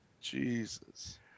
Jesus